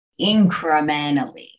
incrementally